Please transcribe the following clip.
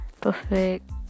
perfect